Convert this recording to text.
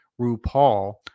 RuPaul